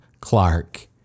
Clark